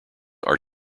are